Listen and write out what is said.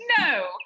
No